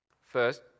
First